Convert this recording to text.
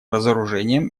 разоружением